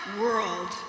world